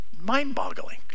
mind-boggling